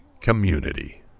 community